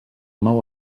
nou